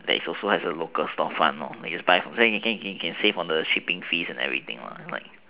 there is also has a local store fund lor you can just buy you can can can save on the shipping fees and like